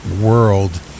world